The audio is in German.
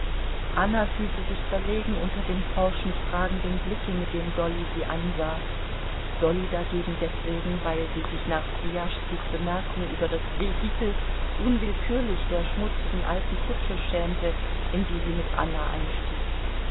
anna fühlte sich verlegen unter dem forschend fragenden blicke mit dem dolly sie ansah dolly dagegen deswegen weil sie sich nach swijaschskis bemerkung über das vehikel unwillkürlich der schmutzigen alten kutsche schämte in die sie mit anna einstieg